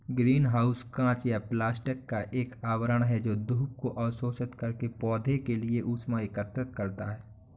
green house कांच या plastic का एक आवरण है जो धूप को अवशोषित करके पौधों के लिए ऊष्मा एकत्रित करता है